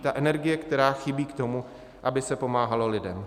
Ta energie, která chybí k tomu, aby se pomáhalo lidem.